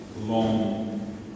long